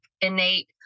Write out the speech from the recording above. innate